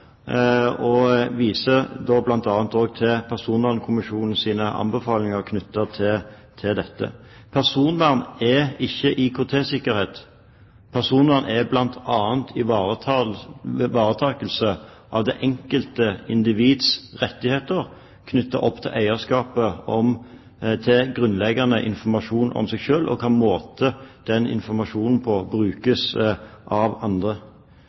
Jeg viser da bl.a. til Personvernkommisjonens anbefalinger knyttet til dette. Personvern er ikke IKT-sikkerhet. Personvern er bl.a. ivaretakelse av det enkelte individs rettigheter knyttet opp til eierskapet til grunnleggende informasjon om seg selv og hvilken måte den informasjonen brukes på av andre.